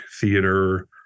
theater